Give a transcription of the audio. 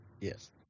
yes